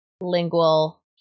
lingual